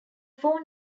four